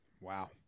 Wow